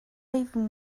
even